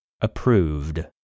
approved